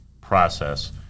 process